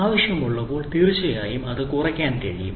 ആവശ്യമുള്ളപ്പോൾ തീർച്ചയായും അത് കുറയ്ക്കാൻ കഴിയും